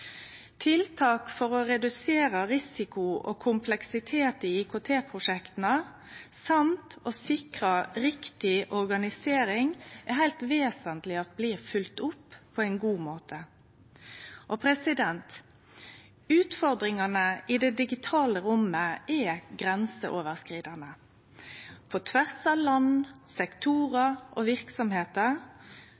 Tiltak for å redusere risiko og kompleksitet i IKT-prosjekta og å sikre riktig organisering er heilt vesentleg at blir følgde opp på ein god måte. Utfordringane i det digitale rommet er grenseoverskridande, på tvers av land, sektorar